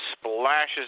splashes